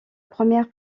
première